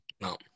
No